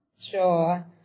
Sure